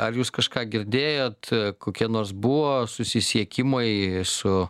ar jūs kažką girdėjot kokie nors buvo susisiekimai su